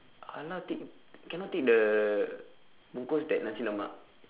!alah! take cannot take the bungkus that nasi-lemak